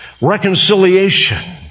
reconciliation